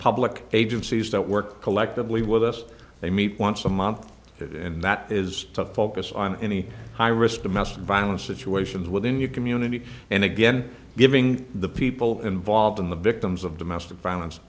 public agencies that work collectively with us they meet once a month and that is to focus on any high risk domestic violence situations within your community and again giving the people involved in the victims of domestic violence